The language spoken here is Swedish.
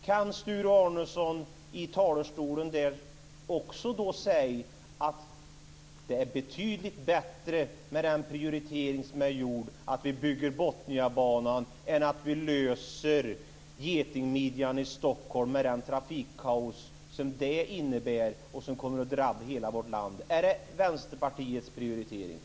Kan Sture Arnesson i talarstolen också säga att det är betydligt bättre med den prioritering som är gjord, att vi bygger Botniabanan i stället för att vi löser getingmidjan i Stockholm med det trafikkaos som det innebär och som kommer att drabba hela vårt land? Är det Vänsterpartiets prioritering?